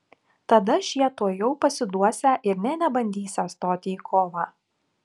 tada šie tuojau pasiduosią ir nė nebandysią stoti į kovą